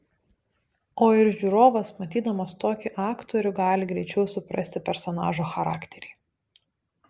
o ir žiūrovas matydamas tokį aktorių gali greičiau suprasti personažo charakterį